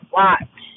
watch